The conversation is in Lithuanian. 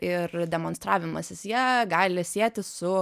ir demonstravimasis ja gali sieti su